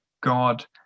God